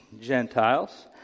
Gentiles